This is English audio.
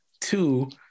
two